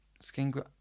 Skin